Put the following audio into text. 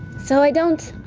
so i don't,